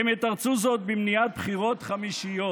הם יתרצו זאת במניעת בחירות חמישיות,